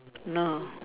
no